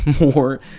more